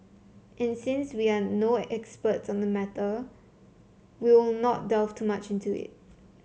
and since we are no experts on the matter we will not delve too much into it